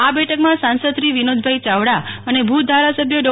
આ બેઠકમાં સાંસદશ્રી વિનોદભાઇ ચાવડા અને ભુજ ધારાસભ્ય ડો